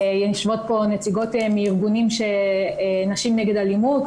יושבות פה נציגות מארגונים של נשים נגד אלימות,